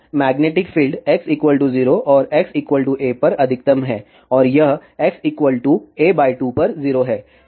तो magnetic field x 0 और x a पर अधिकतम है और यह x a 2 पर 0 है